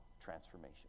transformation